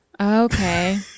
okay